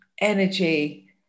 energy